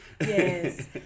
Yes